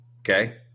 Okay